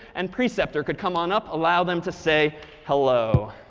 and preceptor, could come on up, allow them to say hello.